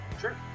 Sure